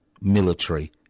military